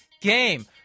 game